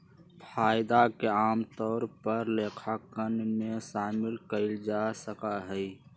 फायदा के आमतौर पर लेखांकन में शामिल कइल जा सका हई